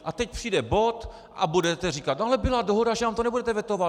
A teď přijde bod a budete říkat: Ale byla dohoda, že nám to nebudete vetovat.